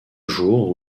jour